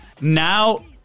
now